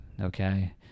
Okay